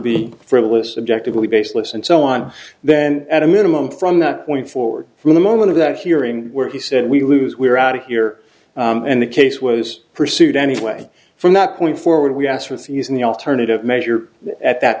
be frivolous subjectively baseless and so on then at a minimum from that point forward from the moment of that hearing where he said we lose we're out of here and the case was pursued anyway from that point forward we asked with using the alternative measure at that